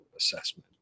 assessment